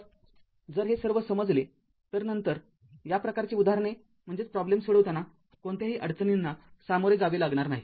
मग जर हे सर्व समजले तर नंतर या प्रकारची उदाहरणे सोडविताना कोणत्याही अडचणींना सामोरे जावे लागणार नाही